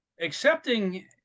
accepting